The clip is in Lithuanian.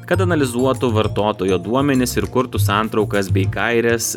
kad analizuotų vartotojo duomenis ir kurtų santraukas bei gaires